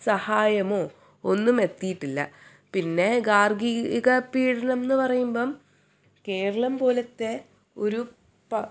സഹായമോ ഒന്നും എത്തിയിട്ടില്ല പിന്നെ ഗാർഹിക പീഡനം എന്നു പറയുമ്പം കേരളം പോലത്തെ ഒരു